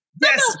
Yes